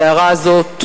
ההערה הזאת,